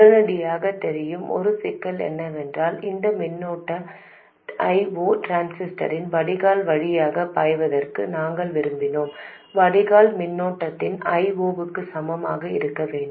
உடனடியாகத் தெரியும் ஒரு சிக்கல் என்னவென்றால் இந்த மின்னோட்ட I0 டிரான்சிஸ்டரின் வடிகால் வழியாகப் பாய்வதற்கு நாங்கள் விரும்பினோம் வடிகால் மின்னோட்டம் I0 க்கு சமமாக இருக்க வேண்டும்